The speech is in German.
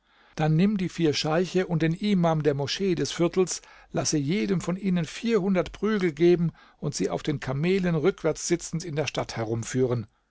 dann nimm die vier scheiche und den imam der moschee des viertels lasse jedem von ihnen vierhundert prügel geben und sie auf den kamelen rückwärts sitzend in der stadt herumführen